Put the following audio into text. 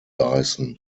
dyson